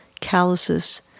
calluses